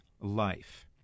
life